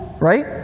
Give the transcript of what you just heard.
Right